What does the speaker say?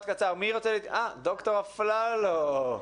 ד"ר אפללו,